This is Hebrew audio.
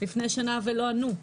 שנה ולא ענו.